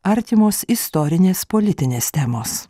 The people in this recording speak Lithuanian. artimos istorinės politinės temos